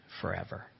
forever